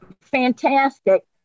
fantastic